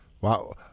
Wow